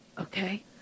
Okay